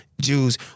Jews